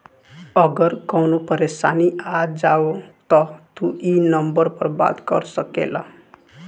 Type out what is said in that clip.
अगर कवनो परेशानी आ जाव त तू ई नम्बर पर बात कर सकेल